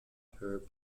her